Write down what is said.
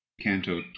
Canto